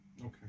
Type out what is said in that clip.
okay